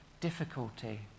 difficulty